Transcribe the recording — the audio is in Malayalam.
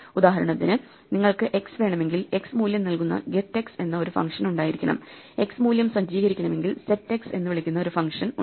ഉദാഹരണത്തിന് നിങ്ങൾക്ക് x വേണമെങ്കിൽ x മൂല്യം നൽകുന്ന get x എന്ന ഒരു ഫംഗ്ഷൻ ഉണ്ടായിരിക്കണം x മൂല്യം സജ്ജീകരിക്കണമെങ്കിൽ സെറ്റ് x എന്ന് വിളിക്കുന്ന ഒരു ഫംഗ്ഷൻ ഉണ്ട്